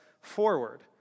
forward